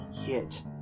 hit